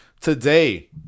today